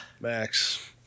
Max